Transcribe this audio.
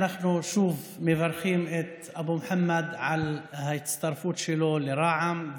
אנחנו שוב מברכים את אבו מוחמד על ההצטרפות שלו לרע"מ,